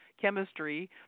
chemistry